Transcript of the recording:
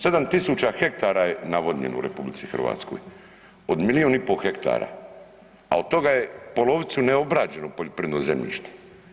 7.000 hektara je navodnjeno u RH od milijun i po hektara, a od toga je polovicu neobrađeno poljoprivredno zemljište.